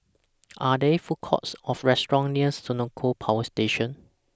Are There Food Courts Or restaurants nears Senoko Power Station